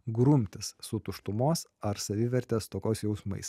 grumtis su tuštumos ar savivertės stokos jausmais